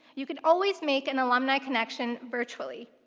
you can always make an alumni connection virtually.